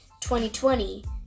2020